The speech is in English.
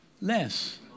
less